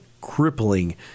crippling